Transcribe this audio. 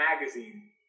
magazine